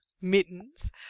mittens